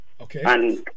Okay